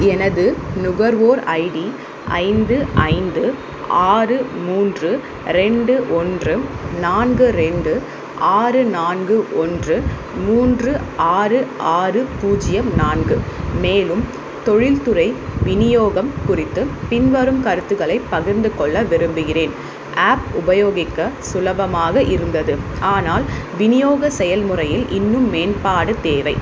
எனது நுகர்வோர் ஐடி ஐந்து ஐந்து ஆறு மூன்று ரெண்டு ஒன்று நான்கு ரெண்டு ஆறு நான்கு ஒன்று மூன்று ஆறு ஆறு பூஜ்யம் நான்கு மேலும் தொழில்துறை விநியோகம் குறித்து பின்வரும் கருத்துக்களை பகிர்ந்து கொள்ள விரும்புகிறேன் ஆப் உபயோகிக்க சுலபமாக இருந்தது ஆனால் விநியோக செயல்முறையில் இன்னும் மேம்பாடு தேவை